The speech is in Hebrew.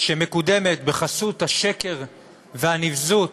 שמקודמת בחסות השקר והנבזות